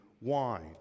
wine